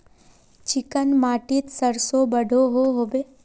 Chicken माटित सरसों बढ़ो होबे?